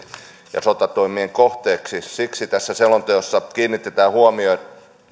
ja sotatoimien kohteeksi siksi tässä selonteossa kiinnitetään huomio myös